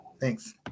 Thanks